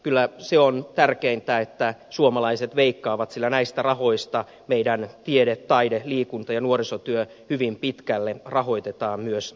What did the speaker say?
kyllä se on tärkeintä että suomalaiset veikkaavat sillä näistä rahoista meidän tiede taide liikunta ja nuorisotyö hyvin pitkälle rahoitetaan myös ensi vuonna